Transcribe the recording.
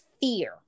fear